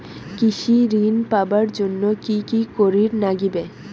কৃষি ঋণ পাবার জন্যে কি কি করির নাগিবে?